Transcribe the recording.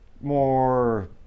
more